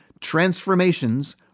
transformations